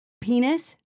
penis